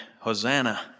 Hosanna